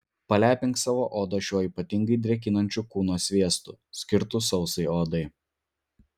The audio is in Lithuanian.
palepink savo odą šiuo ypatingai drėkinančiu kūno sviestu skirtu sausai odai